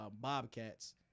Bobcats